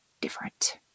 different